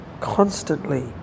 constantly